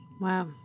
wow